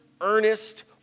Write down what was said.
...earnest